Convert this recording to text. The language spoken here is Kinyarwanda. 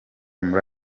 muri